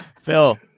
phil